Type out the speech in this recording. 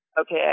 okay